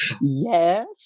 yes